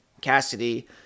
Cassidy